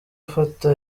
afata